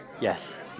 yes